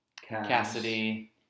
Cassidy